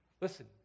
Listen